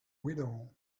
widow